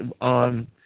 on